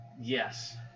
Yes